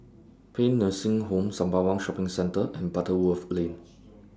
Paean Nursing Home Sembawang Shopping Centre and Butterworth Lane